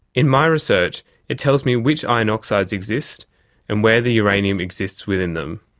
in my research it tells me which iron oxides exist and where the uranium exists within them.